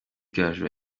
gaju